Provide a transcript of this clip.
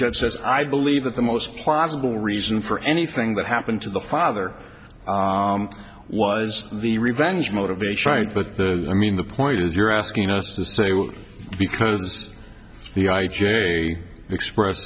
judge says i believe that the most plausible reason for anything that happened to the father was the revenge motivation right but the i mean the point is you're asking us to say well because the i j a express